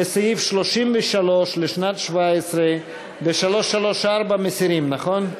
לסעיף 33 לשנת 2017 בעמוד 334. מסירים, נכון?